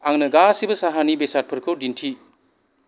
आंनो गासैबो साहानि बेसादफोरखौ दिन्थि